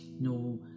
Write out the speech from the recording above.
no